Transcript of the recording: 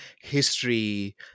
history